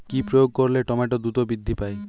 কি প্রয়োগ করলে টমেটো দ্রুত বৃদ্ধি পায়?